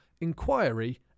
inquiry